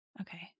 Okay